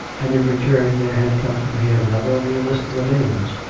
and in return there had come from him, not only a list of the names,